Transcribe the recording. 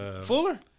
Fuller